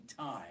time